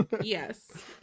Yes